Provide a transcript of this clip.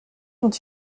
dont